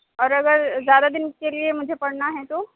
اور اگر زیادہ دن کے لیے مجھے پڑھنا ہے تو